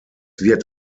wird